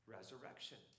Resurrection